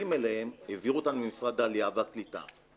העבירו אותם למשרד העלייה והקליטה,